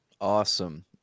Awesome